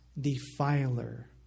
defiler